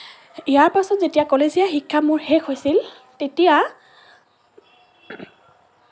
ইয়াৰ পাছত যেতিয়া কলেজীয়া শিক্ষা মোৰ শেষ হৈছিল তেতিয়া